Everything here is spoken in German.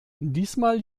diesmal